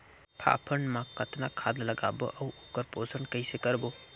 फाफण मा कतना खाद लगाबो अउ ओकर पोषण कइसे करबो?